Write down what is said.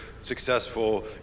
successful